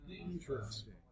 Interesting